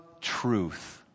truth